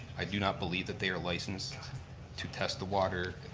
i do not believe that they are licensed to test the water,